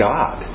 God